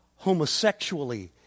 homosexually